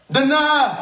deny